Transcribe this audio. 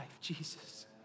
Jesus